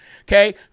okay